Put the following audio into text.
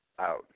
out